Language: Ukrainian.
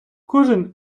кожен